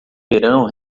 verão